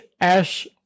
Ash